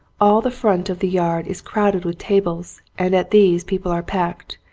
all the front of the yard is crowded with tables and at these people are packed,